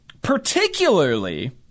Particularly